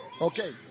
Okay